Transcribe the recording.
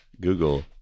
Google